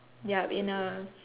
yup in a